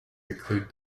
include